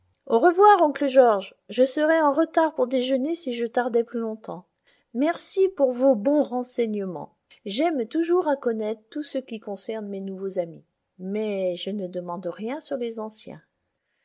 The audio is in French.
au revoir oncle george je serais en retard pour déjeuner si je tardais plus longtemps merci pour vos bons renseignements j'aime toujours à connaître tout ce qui concerne mes nouveaux amis mais je ne demande rien sur les anciens